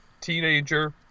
teenager